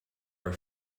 are